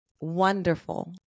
wonderful